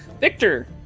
Victor